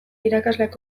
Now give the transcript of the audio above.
irakasleak